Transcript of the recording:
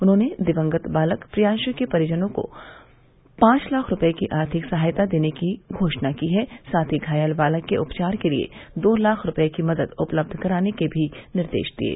उन्होंने दिवंगत बालक प्रियान्सु के परिजनों को पांच लाख रूपये की आर्थिक सहायता देने की घोषणा की है साथ ही घायल बालक के उपचार के लिये दो लाख रूपये की मदद उपलब्ध कराने के भी निर्देश दिये